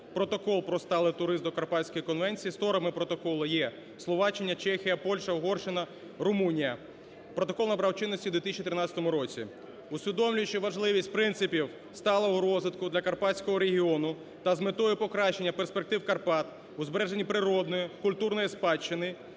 Протокол про сталий туризм до Карпатської конвенції. Сторонами протоколу є: Словаччина, Чехія, Польща, Угорщина, Румунія. Протокол набрав чинності у 2013 році. Усвідомлюючи важливість принципів сталого розвитку для карпатського регіону та з метою покращення перспектив Карпат, у збереженні природної, культурної спадщини